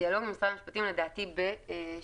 הדיאלוג עם משרד המשפטים לדעתי ב-2017.